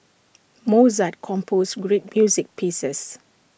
Mozart composed great music pieces